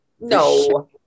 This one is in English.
No